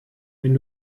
wenn